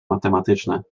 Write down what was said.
matematyczne